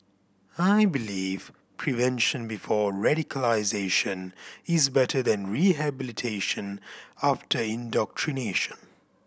I believe prevention before radicalisation is better than rehabilitation after indoctrination